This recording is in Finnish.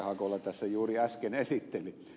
hakola tässä juuri äsken esitteli